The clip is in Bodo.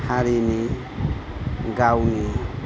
हारिनि गावनि